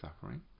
suffering